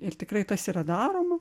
ir tikrai tas yra daroma